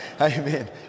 Amen